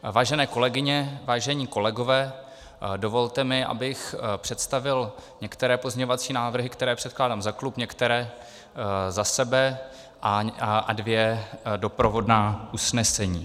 Vážené kolegyně, vážení kolegové, dovolte mi, abych představil některé pozměňovací návrhy, které předkládám za klub, některé za sebe, a dvě doprovodná usnesení.